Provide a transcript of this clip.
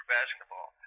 Basketball